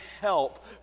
help